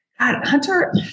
Hunter